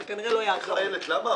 אם תבוא לוועדה ממוזגת, ויעירו לך ההערות,